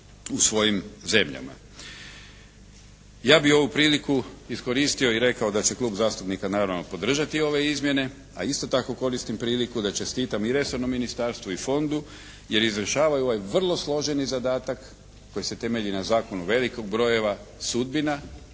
u svojim zemljama. Ja bih ovu priliku iskoristio i rekao da će Klub zastupnika naravno podržati ove izmjene, a isto tako koristim priliku da čestitam i resornom ministarstvu i Fondu jer izvršavaju ovaj vrlo složeni zadatak koji se temelji na zakonu velikog brojeva, sudbina,